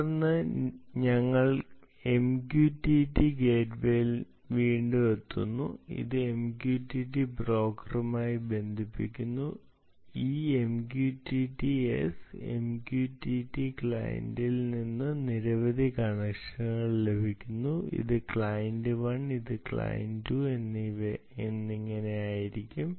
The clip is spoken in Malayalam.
തുടർന്ന് ഞങ്ങൾ MQTT S ഗേറ്റ്വേയിൽ വീണ്ടും എഴുതുന്നു ഇത് MQTT ബ്രോക്കറുമായി ബന്ധിപ്പിക്കുന്നു ഈ MQTT S ന് MQTT ക്ലയന്റുകളിൽ നിന്ന് നിരവധി കണക്ഷനുകൾ ലഭിക്കുന്നു ഇത് ക്ലയന്റ് 1 ക്ലയന്റ് 2 എന്നിങ്ങനെയായിരിക്കും